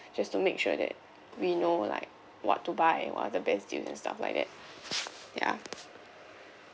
just to make sure that we know like what to buy and what are the best deals and stuff like that ya